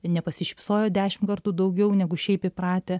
nepasišypsojot dešim kartų daugiau negu šiaip įpratę